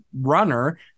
runner